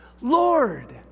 Lord